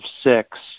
six